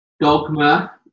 dogma